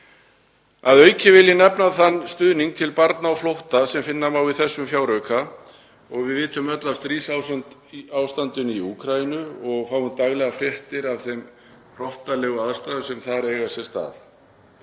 Að auki vil ég nefna þann stuðning til barna á flótta sem finna má í þessum fjárauka. Við vitum öll af stríðsástandinu í Úkraínu og fáum daglega fréttir af þeim hrottalegu árásum sem þar eiga sér stað.